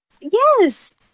Yes